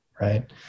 right